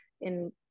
in-